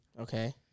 Okay